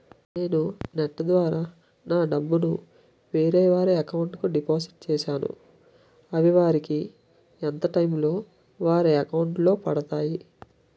నేను నెఫ్ట్ ద్వారా నా డబ్బు ను వేరే వారి అకౌంట్ కు డిపాజిట్ చేశాను అవి వారికి ఎంత టైం లొ వారి అకౌంట్ లొ పడతాయి?